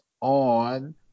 on